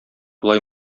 болай